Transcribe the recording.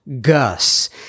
Gus